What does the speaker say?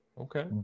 Okay